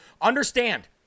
understand